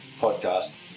podcast